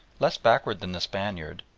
less backward than the spaniard,